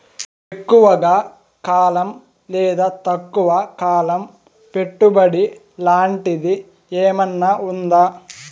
ఎక్కువగా కాలం లేదా తక్కువ కాలం పెట్టుబడి లాంటిది ఏమన్నా ఉందా